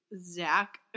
Zach